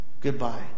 goodbye